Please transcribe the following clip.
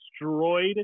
destroyed